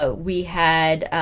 so we had